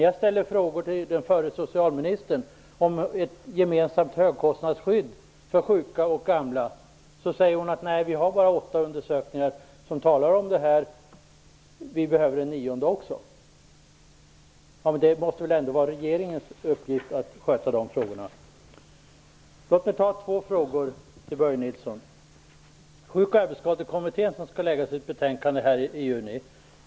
Jag ställde frågor till den förra socialministern om ett gemensamt högkostnadsskydd för sjuka och gamla. Hon sade att det fanns bara åtta undersökningar om detta och att det behövdes en nionde. Det måste väl ändå vara regeringens uppgift att sköta de frågorna? Låt mig ställa två frågor till Börje Nilsson. Sjuk och arbetsskadekommittén skall lägga fram sitt betänkande i juni.